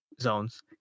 zones